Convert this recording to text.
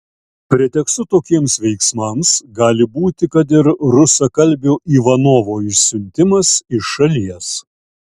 pretekstu tokiems veiksmams gali būti kad ir rusakalbio ivanovo išsiuntimas iš šalies